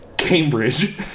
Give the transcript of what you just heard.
Cambridge